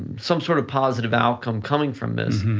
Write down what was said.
some sort of positive outcome coming from this,